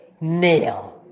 nail